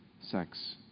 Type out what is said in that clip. sex